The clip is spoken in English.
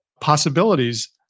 possibilities